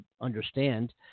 understand